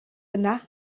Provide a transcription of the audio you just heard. yna